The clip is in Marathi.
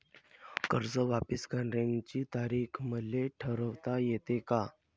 कर्ज वापिस करण्याची तारीख मले ठरवता येते का?